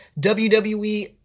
WWE